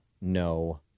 no